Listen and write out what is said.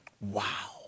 Wow